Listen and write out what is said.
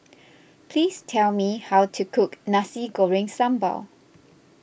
please tell me how to cook Nasi Goreng Sambal